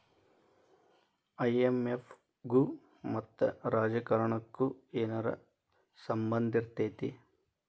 IMF ಗು ಮತ್ತ ರಾಜಕಾರಣಕ್ಕು ಏನರ ಸಂಭಂದಿರ್ತೇತಿ?